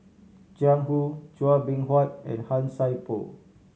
Jiang Hu Chua Beng Huat and Han Sai Por